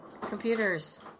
computers